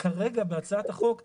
כרגע בהצעת החוק אין,